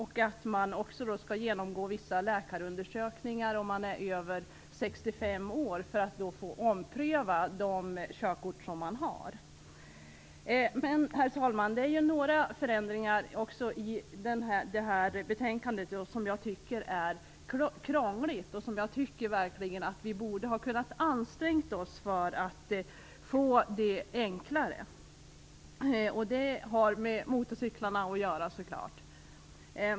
Man skall också genomgå vissa läkarundersökningar om man är över 65 år för att det körkort som man har skall kunna omprövas. Men det är några förändringar i det här betänkandet som jag tycker är krångliga. Vi borde verkligen ha kunnat ansträngt oss för att göra det hela enklare. Det har så klart med motorcyklarna att göra.